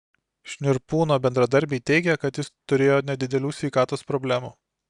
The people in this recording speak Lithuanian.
šnirpūno bendradarbiai teigė kad jis turėjo nedidelių sveikatos problemų